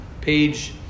page